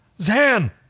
Zan